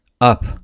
up